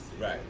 Right